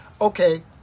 okay